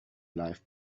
life